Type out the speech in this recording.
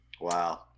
Wow